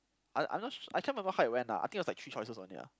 I I'm not I can't remember how it went ah I think it was three choices only ah